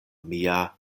mia